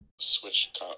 switch